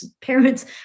parents